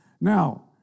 Now